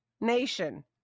nation